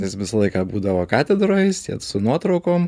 jis visą laiką būdavo katedroj su nuotraukom